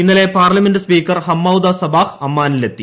ഇന്നലെ parliament speaker Hammouda Sabah അമ്മാനിലെത്തി